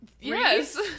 yes